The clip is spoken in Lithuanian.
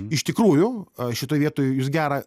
iš tikrųjų šitoj vietoj jūs gerą